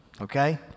okay